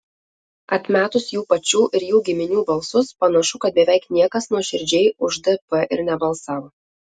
atmetus jų pačių ir jų giminių balsus panašu kad beveik niekas nuoširdžiai už dp ir nebalsavo